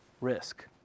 risk